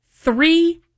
three